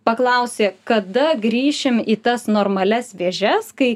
paklausė kada grįšim į tas normalias vėžes kai